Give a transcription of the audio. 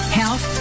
health